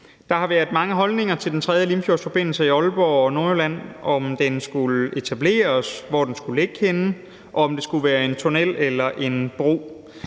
Der har været mange holdninger i Aalborg og Nordjylland til, om Den 3. Limfjordsforbindelse skulle etableres, hvor den skulle ligge henne, og om det skulle være en tunnel eller en bro.